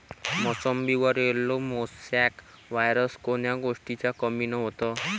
मोसंबीवर yellow mosaic virus कोन्या गोष्टीच्या कमीनं होते?